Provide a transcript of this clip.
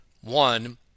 One